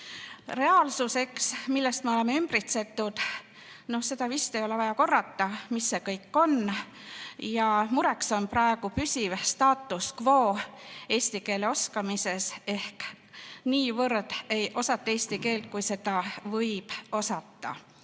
Reaalsus, millest me oleme ümbritsetud – seda vist ei ole vaja korrata, mis see kõik on. Mureks on praegu püsivstatus quoeesti keele oskamises ehk nii palju ei osata eesti keelt, kui seda võiks osata.